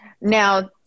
Now